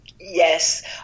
Yes